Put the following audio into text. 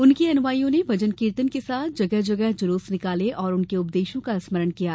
उनके अनुयायियों ने भजन कीर्तन के साथ जगह जगह जुलूस निकालें और उनके उपदेशों का स्मरण किया है